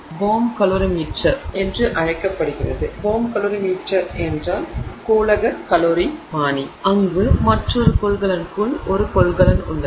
bomb calorimeter என்று அழைக்கப்படுகிறது அங்கு மற்றொரு கொள்கலனுக்குள் ஒரு கொள்கலன் உள்ளது